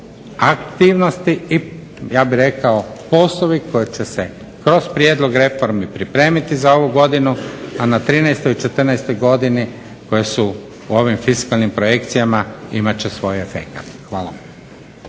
aktivnosti ja bih rekao i poslovi koji će se kroz prijedlog reformi pripremiti za ovu godinu, a na trinaestoj i četrnaestoj godini koje su u ovim fiskalnim projekcijama imat će svoj efekat. Hvala.